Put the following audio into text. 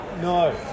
no